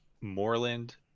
Moreland